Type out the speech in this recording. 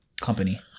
company